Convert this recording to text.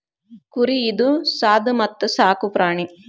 ಕುರಿ ಇದು ಸಾದು ಮತ್ತ ಸಾಕು ಪ್ರಾಣಿ